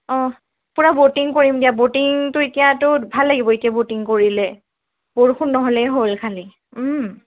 অঁ পোৰা ব'টিং কৰিম দিয়া ব'টিংটো এতিয়াতো ভাল লাগিব এতিয়া বটিং কৰিলে বৰষুণ নহ'লে হ'ল খালি